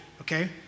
okay